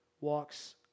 walks